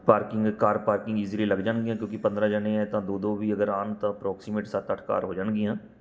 parking car parking easily ਲੱਗ ਜਾਣਗੀਆਂ ਕਿਉਂਕਿ ਪੰਦਰਾਂ ਜਾਣੇ ਆ ਤਾਂ ਦੋ ਦੋ ਵੀ ਅਗਰ ਆਉਣ ਤਾਂ ਅਪ੍ਰੋਕਸੀਮੈਟ ਸੱਤ ਅੱਠ ਕਾਰ ਹੋ ਜਾਣਗੀਆਂ